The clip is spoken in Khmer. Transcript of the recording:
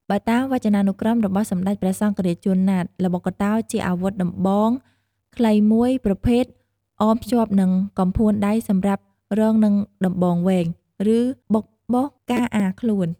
បើតាមវចនានុក្រមរបស់សម្តេចព្រះសង្ឈរាជ ជួន ណាត ល្បុក្កតោជាអាវុធដំបងខ្លីមួយប្រភេទអបភ្ជាប់នឹងកំផួនដៃសម្រាប់រងនឹងដំបងវែង ឬបុកបុះការអារខ្លួន។